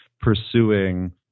pursuing